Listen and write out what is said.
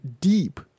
deep